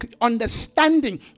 understanding